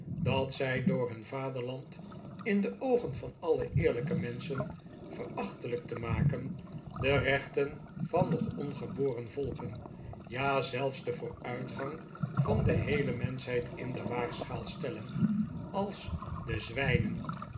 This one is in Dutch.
dat zij door hun vaderland in de oogen van alle eerlijke menschen verachtelijk te maken de rechten van nog ongeboren volken ja zelfs den vooruitgang van de heele menschheid in de waagschaal stellen als de zwijnen